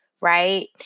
Right